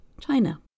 China